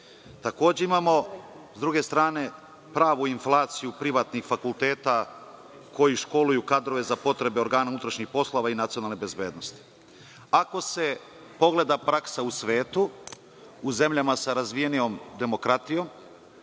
Takođe, imamo sa druge strane pravu inflaciju privatnih fakulteta koji školuju kadrove za potrebe organa unutrašnjih poslova i nacionalne bezbednosti. Ako se pogleda praksa u svetu, u zemljama sa razvijenijom demokratijom,